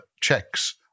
checks